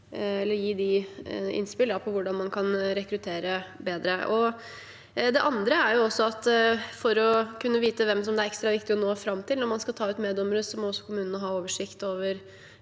kunne gi dem innspill på hvordan man kan rekruttere bedre. Det andre er at for å kunne vite hvem det er ekstra viktig å nå fram til når man skal ta ut meddommere, må kommunene ha oversikt over